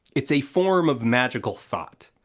it's a form of magical thought.